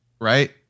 right